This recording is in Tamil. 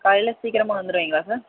காலையில் சீக்கிரமாக வந்துவிடுவீங்களா சார்